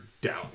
down